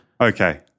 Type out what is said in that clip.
okay